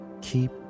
keep